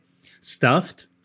stuffed